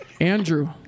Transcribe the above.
Andrew